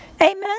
Amen